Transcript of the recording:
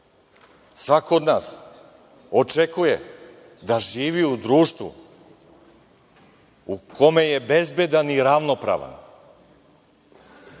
svako od nas očekuje da živi u društvu u kome je bezbedan i ravnopravan.